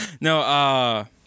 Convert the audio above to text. No